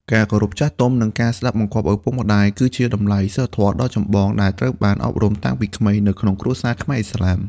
ការគោរពចាស់ទុំ និងការស្តាប់បង្គាប់ឪពុកម្តាយ គឺជាតម្លៃសីលធម៌ដ៏ចម្បងដែលត្រូវបានអប់រំតាំងពីក្មេងនៅក្នុងគ្រួសារខ្មែរឥស្លាម។